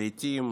לעיתים